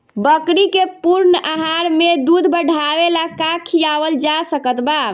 बकरी के पूर्ण आहार में दूध बढ़ावेला का खिआवल जा सकत बा?